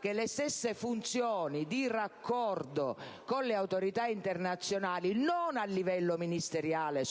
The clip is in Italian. che le stesse funzioni di raccordo con le Autorità internazionali, non soltanto a livello interministeriale